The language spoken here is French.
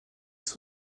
être